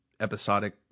episodic